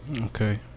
okay